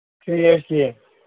three S ꯁꯤ